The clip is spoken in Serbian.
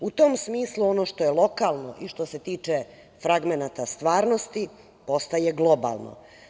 U tom smislu, ono što je lokalno i što se tiče fragmenata stvarnosti ostaje globalno.